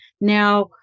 now